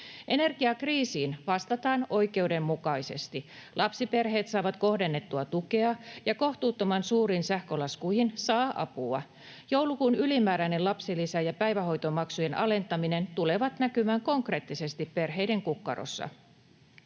Energiakriisiin vastataan oikeudenmukaisesti, lapsiperheet saavat kohdennettua tukea, ja kohtuuttoman suuriin sähkölaskuihin saa apua. Joulukuun ylimääräinen lapsilisä ja päivähoitomaksujen alentaminen tulevat näkymään konkreettisesti perheiden kukkarossa.